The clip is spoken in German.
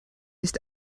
nicht